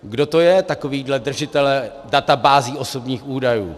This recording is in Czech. Kdo to je, takovíhle držitelé databází osobních údajů?